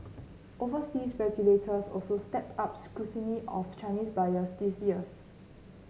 overseas regulators also stepped up scrutiny of Chinese buyers this year